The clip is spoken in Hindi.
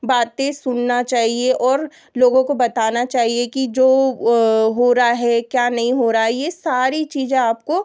बातें सुनना चाहिए और लोगों को बताना चाहिए कि जो हो रहा है क्या नहीं हो रहा है यह सारी चीज़ें आपको